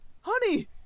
Honey